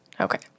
Okay